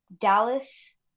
Dallas